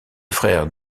frère